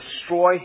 destroy